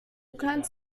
kannst